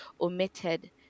omitted